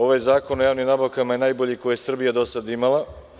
Ovaj zakon o javnim nabavkama je najbolji koji je Srbija do sada imala.